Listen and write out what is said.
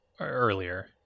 earlier